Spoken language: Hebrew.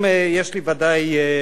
יש לי בוודאי תשובה,